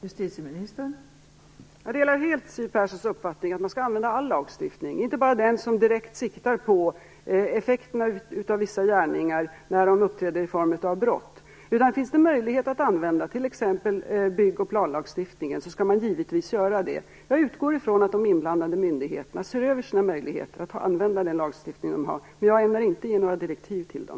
Fru talman! Jag delar helt Siw Perssons uppfattning att man skall använda all lagstiftning, inte bara den som direkt siktar på effekterna av vissa handlingar när de uppträder i form av brott. Om det finns möjlighet att använda t.ex. plan och bygglagstiftningen skall man givetvis göra det. Jag utgår från att de inblandade myndigheterna ser över sina möjligheter att använda den lagstiftning de har, men jag ämnar inte ge några direktiv till dem.